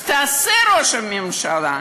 אז תעשה, ראש הממשלה.